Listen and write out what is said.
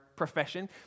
profession